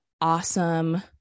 awesome